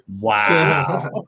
Wow